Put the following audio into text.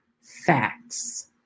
facts